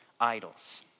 idols